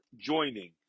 joining